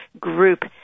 group